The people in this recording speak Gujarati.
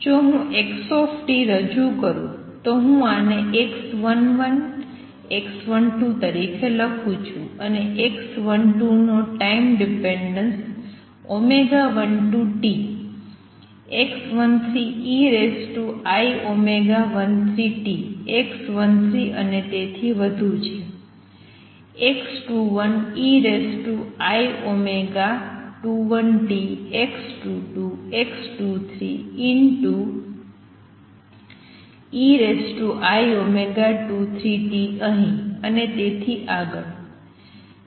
જો હું x રજૂ કરું તો હું આને x11 x12 તરીકે લખું છું અને x12 નો time dependence 12t x13 ei13t x13 અને તેથી વધુ છે x21 ei21t x22 x23 ei23t અહીં અને તેથી આગળ